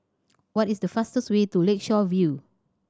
what is the fastest way to Lakeshore View